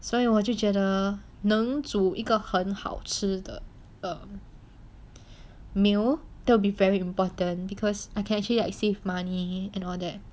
所以我就觉得能煮一个很好吃的的 meal that will be very important because I can actually like save money and all that